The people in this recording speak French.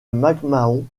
mcmahon